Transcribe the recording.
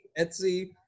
Etsy